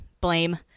blame